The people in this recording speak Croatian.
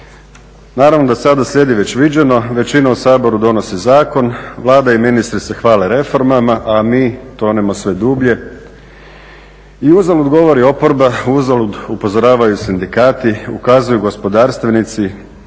Naravno da sada slijedi već viđeno, većina u Saboru donosi zakon, Vlada i ministri se hvale reformama a mi tonemo sve dublje. I uzalud govori oporba, uzalud upozoravaju sindikati, ukazuju gospodarstvenici,